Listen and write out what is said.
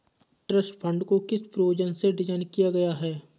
Trust fund को किस प्रयोजन से डिज़ाइन किया गया है?